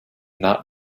not